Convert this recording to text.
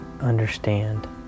understand